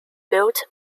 built